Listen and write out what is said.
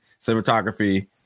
cinematography